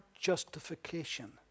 justification